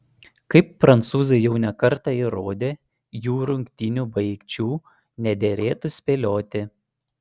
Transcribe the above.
kaip prancūzai jau ne kartą įrodė jų rungtynių baigčių nederėtų spėlioti